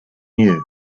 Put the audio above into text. new